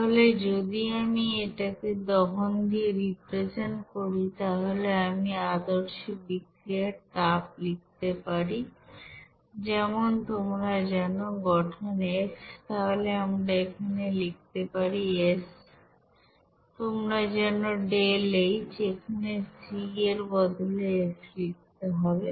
তাহলে যদি আমি এটাকে দহন দিয়ে রিপ্রেজেন্ট করি তাহলে আমি আদর্শ বিক্রিয়ার তাপ লিখতে পারি যেমন তোমরা জানো গঠন f তাহলে আমরা এখানে লিখতে পারিs তোমরা জানো ΔH এখানে c এর বদলে f লিখতে হবে